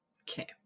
Okay